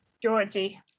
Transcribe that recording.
Georgie